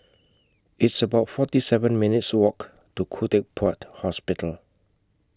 It's about forty seven minutes' Walk to Khoo Teck Puat Hospital